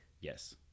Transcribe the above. yes